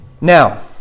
Now